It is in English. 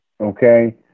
okay